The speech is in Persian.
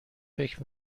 فکر